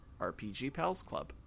rpgpalsclub